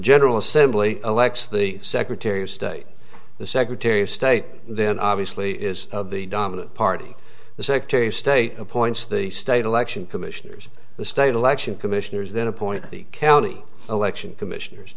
general assembly elects the secretary of state the secretary of state then obviously is of the dominant party the secretary of state appoints the state election commissioners the state election commissioners then appoint the county election commissioners